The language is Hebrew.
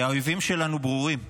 האויבים שלנו ברורים,